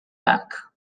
back